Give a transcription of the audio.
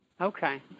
Okay